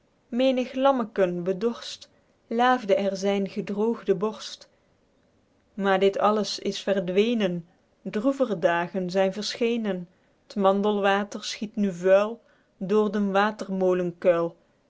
menig lammeken bedorst laefde er zyn gedroogde borst maer dit alles is verdwenen droever dagen zyn verschenen t mandelwater schiet nu vuil door den